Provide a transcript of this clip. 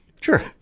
Sure